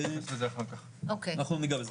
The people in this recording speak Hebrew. אנחנו ניגע בזה.